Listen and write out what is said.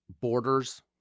borders